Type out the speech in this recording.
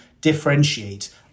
differentiate